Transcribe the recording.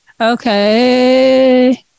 Okay